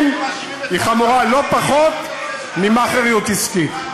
היא חמורה לא פחות מ"מאכעריות" עסקית.